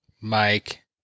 Mike